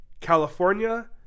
California